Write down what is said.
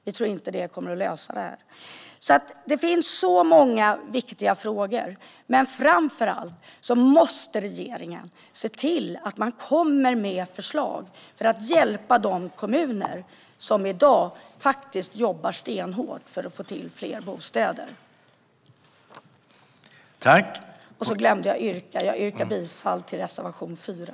Det kommer inte att lösa det här. Det finns många viktiga frågor. Men framför allt måste regeringen se till att komma med förslag för att hjälpa de kommuner som i dag jobbar stenhårt för att få till fler bostäder. Jag yrkar bifall till reservation 4.